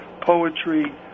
poetry